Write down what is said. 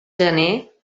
gener